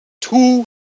two